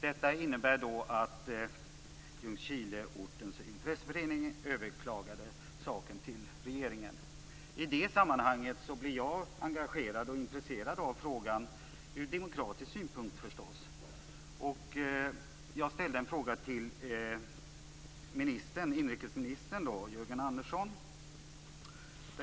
Detta innebar att Ljungskileortens intresseförening överklagade till regeringen. I det sammanhanget blev jag engagerad och intresserad av frågan ur demokratisk synpunkt, förstås. Jag ställde en fråga till inrikesministern, Jörgen Andersson.